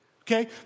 okay